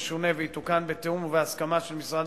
ישונה ויתוקן בתיאום ובהסכמה של משרד